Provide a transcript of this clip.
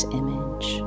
image